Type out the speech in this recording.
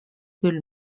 küll